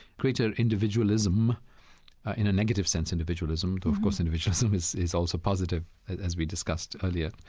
greater individualism in a negative sense individualism, though, of course, individualism is is also positive, as we discussed earlier.